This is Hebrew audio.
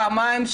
פעמיים,